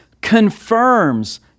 confirms